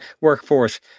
workforce